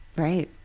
right.